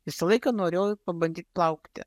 visą laiką norėjau pabandyt plaukti